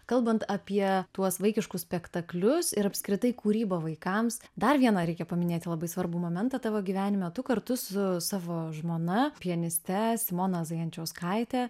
kalbant apie tuos vaikiškus spektaklius ir apskritai kūrybą vaikams dar vieną reikia paminėti labai svarbų momentą tavo gyvenime tu kartu su savo žmona pianiste simona zajančiauskaite